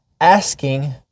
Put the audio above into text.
asking